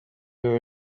were